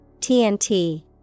TNT